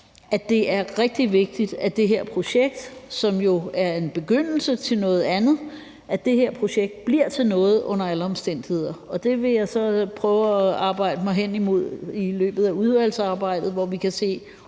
at det er rigtig vigtigt, at det her projekt, som jo er en begyndelse på noget andet, bliver til noget under alle omstændigheder. Og det vil jeg så prøve at arbejde mig hen imod i løbet af udvalgsarbejdet, hvor vi kan se,